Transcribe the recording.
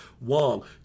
Wong